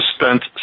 spent